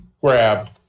grab